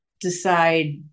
decide